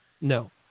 no